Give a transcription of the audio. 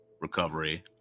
recovery